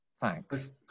Thanks